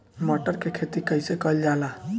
मटर के खेती कइसे कइल जाला?